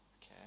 okay